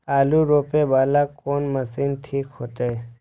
आलू रोपे वाला कोन मशीन ठीक होते?